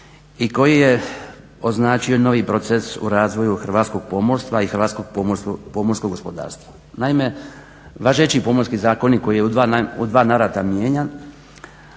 i koji je označio novi proces u razvoju hrvatskog pomorstva i hrvatskog pomorskog gospodarstva. Naime važeći pomorski zakonik koji je u dva navrata mijenjan